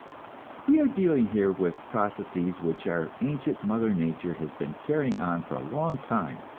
we are dealing here with processes which our ancient mother nature has been carrying on for a long time,